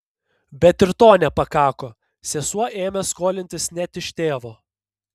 bet ir to nepakako sesuo ėmė skolintis net iš tėvo